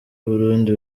burundi